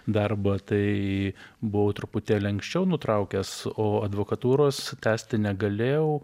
darbą tai buvau truputėlį anksčiau nutraukęs o advokatūros tęsti negalėjau